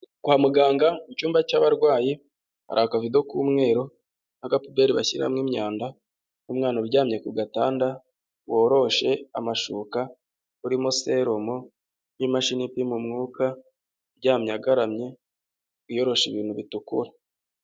Kwa muganga mu cyumba cy'abarwayi hari akavido k'umweru n'agapuberi bashyiramo imyanda n'umwana uryamye ku gatanda, woroshe amashuka urimo selumu n'imashini ipima umwuka, uryamye agaramye yiyorosha ibintu bitukura.